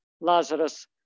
Lazarus